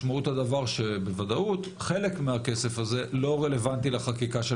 משמעות הדבר שבוודאות חלק מהכסף הזה לא רלוונטי לחקיקה של